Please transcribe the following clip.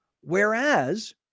Whereas